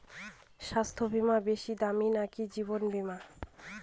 স্বাস্থ্য বীমা বেশী দামী নাকি জীবন বীমা?